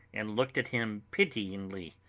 and looked at him pityingly,